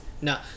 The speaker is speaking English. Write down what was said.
No